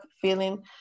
feeling